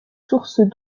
sources